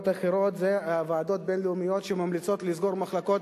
אחרות: ועדות בין-לאומיות שממליצות לסגור מחלקות